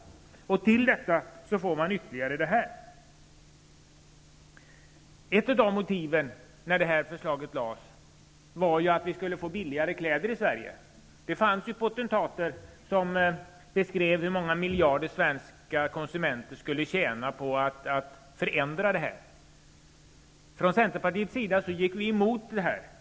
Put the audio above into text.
Till detta kommer den här försämringen. Ett av motiven när det här förslaget lades fram var att vi skulle få billigare kläder i Sverige. Det fanns potentater som beskrev hur många miljarder svenska konsumenter skulle tjäna på att dessa regler förändrades. Vi i Centerpartiet gick emot detta.